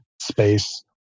space